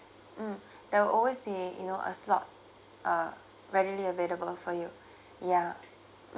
mm there will always be you know a slot uh readily available for you ya